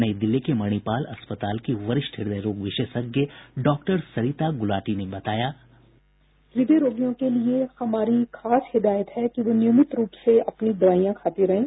नई दिल्ली के मणिपाल अस्पताल की वरिष्ठ हृदय रोग विशेषज्ञ डॉक्टर सरिता गुलाटी ने बताया साउंड बाईट ह्रदय रोगियों के लिए हमारी खास हिदायत है कि वो नियमित रूप से अपनी दवाईयां खाते रहें